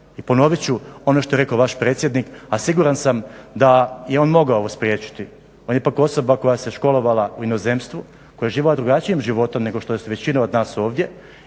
i ponovit ću ono što je rekao vaš predsjednik a siguran sam da je on mogao ovo spriječiti. On je ipak osoba koja se školovala u inozemstvu, koja je živjela drugačijim životom nego što je većina od nas ovdje